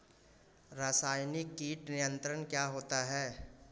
रसायनिक कीट नियंत्रण क्या होता है?